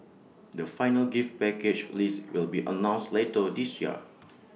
the final gift package list will be announced later this year